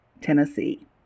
Tennessee